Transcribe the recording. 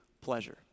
pleasure